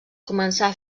començà